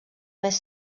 més